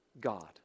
God